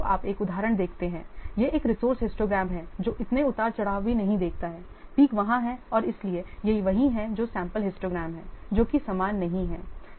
तो आप एक उदाहरण देखते हैं यह एक रिसोर्स हिस्टोग्राम है जो इतने उतार चढ़ाव भी नहीं देखता है पीक वहाँ हैं और इसलिए यह वही है जो सैंपल हिस्टोग्राम है जो कि समान नहीं है